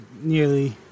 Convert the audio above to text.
nearly